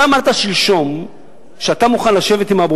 אתה אמרת שלשום שאתה מוכן לשבת עם אבו